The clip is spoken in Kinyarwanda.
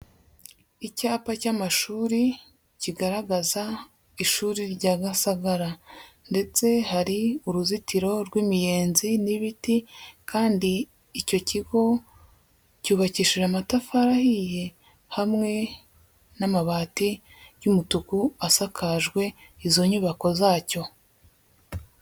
Icyapa cy'amashuri kigaragaza ishuri rya Gasagara, ndetse hari uruzitiro rw'imiyenzi n'ibiti, kandi icyo kigo cyubakishije amatafari ahiye hamwe n'amabati y'umutuku asakajwe izo nyubako zacyo.